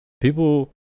People